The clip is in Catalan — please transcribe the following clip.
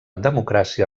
democràcia